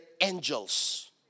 angels